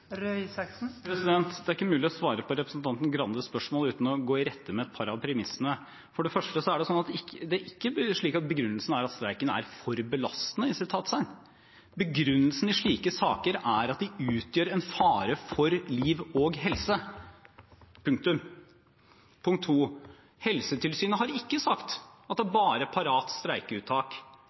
Det er ikke mulig å svare på representanten Grandes spørsmål uten å gå i rette med et par av premissene. For det første: Det er ikke slik at begrunnelsen er at streiken er «for belastende». Begrunnelsen i slike saker er at de utgjør en fare for liv og helse. Punktum. Punkt to: Helsetilsynet har ikke sagt at det er bare Parats streikeuttak som gjør dette. De har sagt at kombinasjonen av de to arbeidskonfliktene når det er